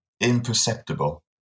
imperceptible